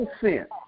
percent